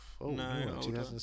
No